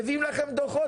מביאים לכם דוחות,